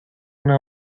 una